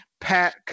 Pat